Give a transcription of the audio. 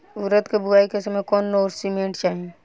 उरद के बुआई के समय कौन नौरिश्मेंट चाही?